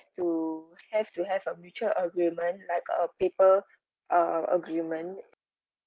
to have to have a mutual agreement like a paper uh agreement